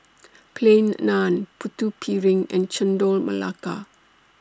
Plain Naan Putu Piring and Chendol Melaka